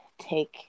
take